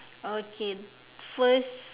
okay first